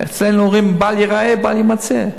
בשעה 08:00, אצלנו אומרים, בל ייראה, בל יימצא.